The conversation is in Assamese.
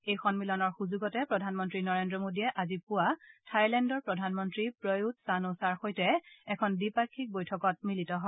এই সম্মিলনৰ সুযোগতে প্ৰধানমন্ত্ৰী নৰেন্দ্ৰ মোদীয়ে আজি পুবা থাইলেণ্ডৰ প্ৰধানমন্ত্ৰী প্ৰয়ুট চান অ ছাৰ সৈতে এখন দ্বিপাক্ষিক বৈঠকত মিলিত হয়